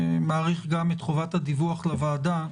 מאריך גם את חובת הדיווח לוועדה,